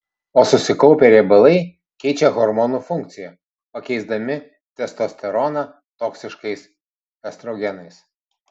o susikaupę riebalai keičia hormonų funkciją pakeisdami testosteroną toksiškais estrogenais